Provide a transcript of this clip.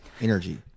energy